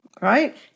right